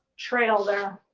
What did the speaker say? trail there.